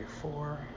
four